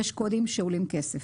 יש קודים שעולים כסף.